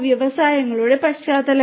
വ്യവസായങ്ങളുടെ പശ്ചാത്തലം